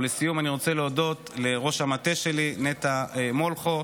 ולסיום, אני רוצה להודות לראש המטה שלי נטע מולכו,